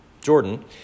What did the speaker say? Jordan